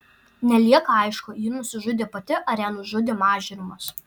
nelieka aišku ji nusižudė pati ar ją nužudė mažrimas